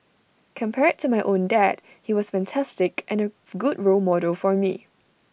compared to my own dad he was fantastic and A good role model for me